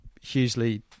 hugely